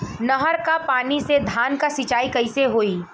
नहर क पानी से धान क सिंचाई कईसे होई?